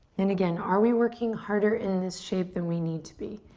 and again, are we working harder in this shape than we need to be?